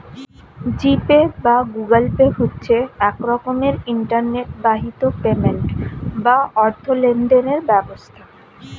জি Pay বা Google Pay হচ্ছে এক রকমের ইন্টারনেট বাহিত পেমেন্ট বা অর্থ লেনদেনের ব্যবস্থা